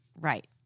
Right